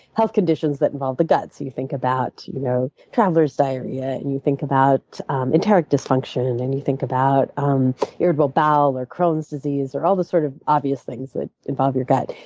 health conditions that involve the gut. you think about you know traveler's diarrhea. and you think about enteric dysfunction. and you think about um irritable bowel or crohn's disease or all those sort of obvious things that involve your gut.